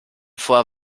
vor